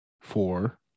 four